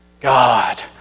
God